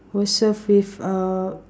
was served with a